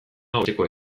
hobetzeko